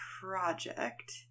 project